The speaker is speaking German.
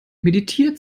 meditiert